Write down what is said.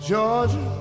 Georgia